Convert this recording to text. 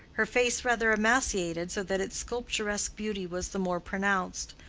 her face rather emaciated, so that its sculpturesque beauty was the more pronounced,